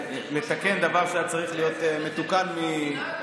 לתקן דבר שהיה צריך להיות מתוקן מזמן,